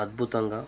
అద్భుతంగా